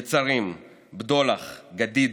נצרים, בדולח, גדיד,